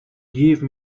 give